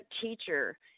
teacher